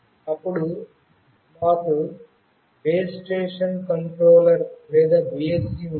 అప్పుడు మాకు base station controller లేదా బిఎస్సి ఉంది